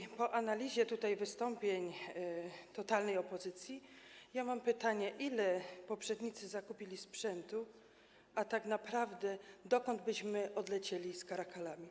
I po analizie wystąpień totalnej opozycji mam też pytanie: Ile poprzednicy zakupili sprzętu, a tak naprawdę dokąd byśmy odlecieli caracalami?